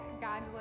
God